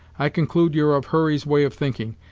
i conclude you're of hurry's way of thinking,